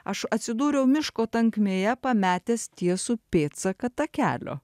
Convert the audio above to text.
aš atsidūriau miško tankmėje pametęs tiesų pėdsaką takelio